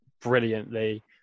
brilliantly